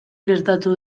gertatu